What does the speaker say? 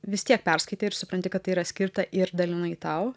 vis tiek perskaitai ir supranti kad tai yra skirta ir dalinai tau